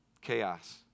Chaos